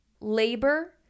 labor